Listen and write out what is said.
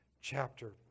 chapter